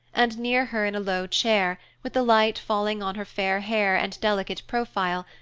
and near her in a low chair, with the light falling on her fair hair and delicate profile,